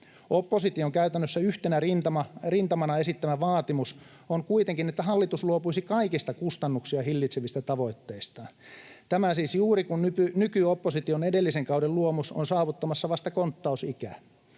Opposition käytännössä yhtenä rintamana esittämä vaatimus on kuitenkin, että hallitus luopuisi kaikista kustannuksia hillitsevistä tavoitteistaan — tämä siis juuri, kun nyt nykyopposition edellisen kauden luomus on saavuttamassa vasta konttausikää,